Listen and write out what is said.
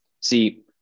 See